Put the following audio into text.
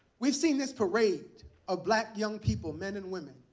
we've seen this parade of black young people men and women,